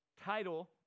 title